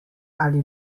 ali